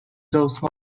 those